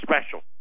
special